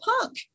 punk